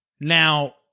Now